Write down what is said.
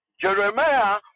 Jeremiah